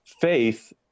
faith